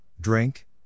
drink